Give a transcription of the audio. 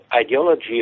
ideology